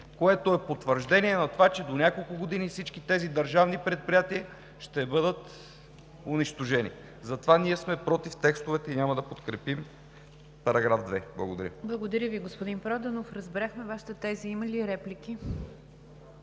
което е потвърждение на това, че за няколко години всички тези държавни предприятия ще бъдат унищожени. Затова ние сме против текстовете и няма да подкрепим § 2. Благодаря. ПРЕДСЕДАТЕЛ НИГЯР ДЖАФЕР: Благодаря, господин Проданов. Разбрахме Вашите тези. Има ли реплики?